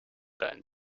deinen